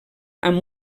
amb